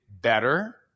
better